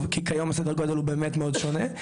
כי כיום סדר הגודל הוא באמת מאוד שונה.